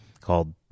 called